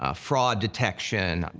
ah fraud detection.